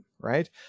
Right